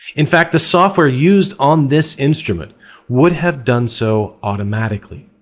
in fact, the software used on this instrument would have done so automatically.